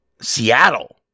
Seattle